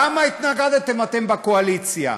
למה התנגדתם, אתם בקואליציה?